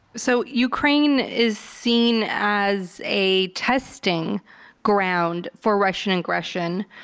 so ukraine is seen as a testing ground for russian aggression,